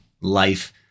life